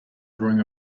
drawing